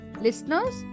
Listeners